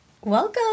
Welcome